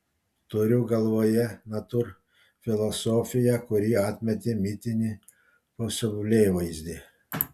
turiu galvoje natūrfilosofiją kuri atmetė mitinį pasaulėvaizdį